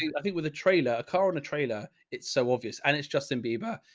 you know i think with a trailer, a car on a trailer, it's so obvious and it's justin bieber.